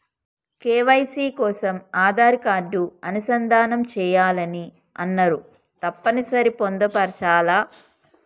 KYC కోసం Aadhaar card అనుసంధానం చేయాలని అన్నరు తప్పని సరి పొందుపరచాలా?